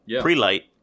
pre-light